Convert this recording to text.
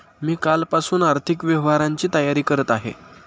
मी कालपासून आर्थिक व्यवहारांची तयारी करत आहे